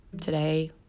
today